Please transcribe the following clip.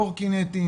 קורקינטים